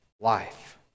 life